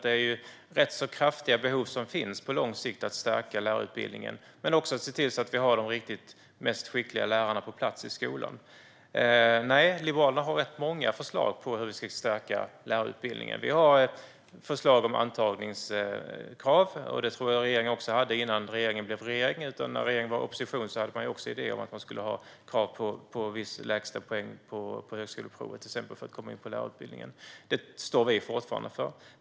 På lång sikt finns det nämligen rätt kraftiga behov inte bara av att stärka lärarutbildningen utan också av att se till att vi har de skickligaste lärarna på plats i skolan. Nej, Liberalerna har rätt många förslag till hur vi ska stärka lärarutbildningen. Vi har förslag om antagningskrav, och det tror jag att även regeringen hade innan den blev regering. När regeringen var i opposition hade man också idéer om till exempel krav på en viss lägstapoäng på högskoleprovet för att få komma in på lärarutbildningen. Det står vi fortfarande för.